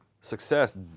Success